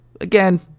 again